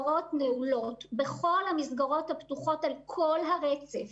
בכל המסגרות הפתוחות על כל הרצף